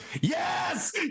Yes